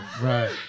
right